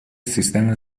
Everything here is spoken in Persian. سیستم